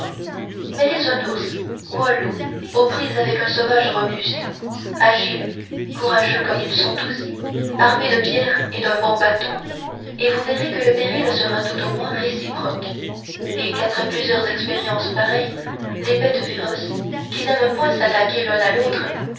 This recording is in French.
mettez un ours ou un loup aux prises avec un sauvage robuste agile courageux comme ils sont tous armé de pierres et d'un bon bâton et vous verrez que le péril sera tout au moins réciproque et qu'après plusieurs expériences pareilles les bêtes féroces qui n'aiment point à s'attaquer l'une à l'autre